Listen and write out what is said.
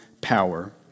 power